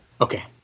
Okay